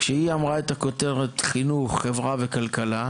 כשהיא אמרה את הכותרת חינוך, חברה וכלכלה,